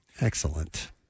Excellent